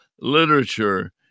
literature